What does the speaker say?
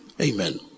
amen